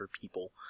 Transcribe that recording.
people